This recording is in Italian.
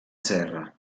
serra